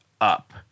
up